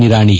Nirani